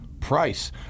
price